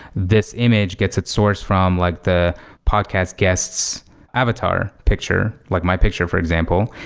this image gets its source from like the podcast guest's avatar picture, like my picture for example,